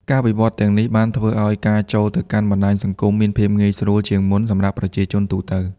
ការវិវឌ្ឍន៍ទាំងនេះបានធ្វើឲ្យការចូលទៅកាន់បណ្តាញសង្គមមានភាពងាយស្រួលជាងមុនសម្រាប់ប្រជាជនទូទៅ។